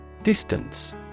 Distance